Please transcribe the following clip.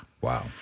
Wow